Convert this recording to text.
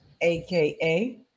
aka